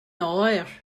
oer